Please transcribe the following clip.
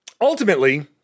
ultimately